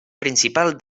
principal